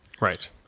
Right